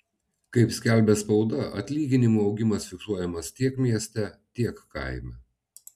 kaip skelbia spauda atlyginimų augimas fiksuojamas tiek mieste tiek kaime